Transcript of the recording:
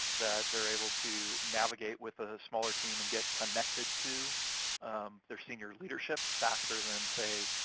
that they're able to navigate with a smaller team and get connected to their senior leadership faster than, say,